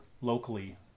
locally